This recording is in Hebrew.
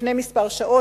לפני כמה שעות,